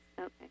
Okay